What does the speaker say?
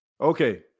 okay